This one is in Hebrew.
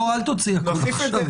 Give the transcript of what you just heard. אל תוציאי הכול עכשיו.